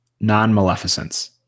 Non-maleficence